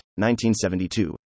1972